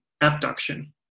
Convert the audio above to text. abduction